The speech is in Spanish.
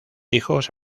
hijos